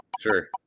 Sure